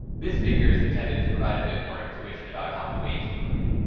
this figure is intended to provide a bit more intuition about how the weights work.